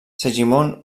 segimon